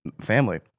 family